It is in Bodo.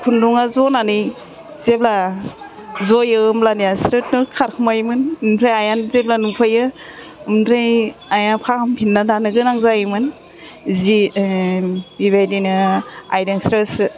खुन्दुङा जनानै जेब्ला जयो होमब्लानिया स्रोदनो खारखोमायोमोन ओमफ्राय आइया जेब्ला नुफैयो ओमफ्राय आइया फाहामफिन्ना दानो गोनां जायोमोन जि बिबायदिनो आइजों स्रोद स्रोद